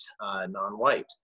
non-white